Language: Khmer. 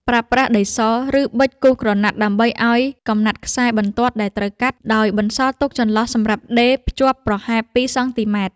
ប្រើប្រាស់ដីស ឬប៊ិចគូសក្រណាត់ដើម្បីកំណត់ខ្សែបន្ទាត់ដែលត្រូវកាត់ ដោយបន្សល់ទុកចន្លោះសម្រាប់ដេរភ្ជាប់ប្រហែល ២ សង់ទីម៉ែត្រ។